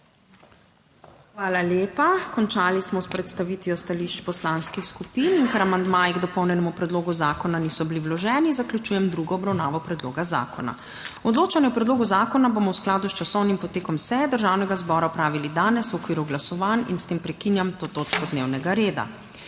Hvala lepa. Končali smo predstavitev stališč poslanskih skupin. Ker amandmaji k dopolnjenemu predlogu zakona niso bili vloženi, zaključujem drugo obravnavo predloga zakona. Odločanje o predlogu zakona bomo v skladu s časovnim potekom seje Državnega zbora opravili danes v okviru glasovanj. S tem prekinjam to točko dnevnega reda.